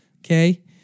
Okay